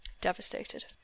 devastated